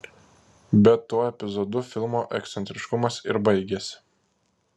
bet tuo epizodu filmo ekscentriškumas ir baigiasi